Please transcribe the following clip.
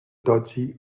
dodgy